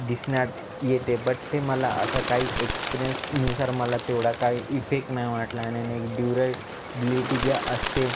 दिसण्यात येते बट ते मला असं काही एक्सप्रियन्सनुसार मला तेवढा काय इफेक् नाही वाटला आणि नेक ड्यूरेब्लिटी जी असते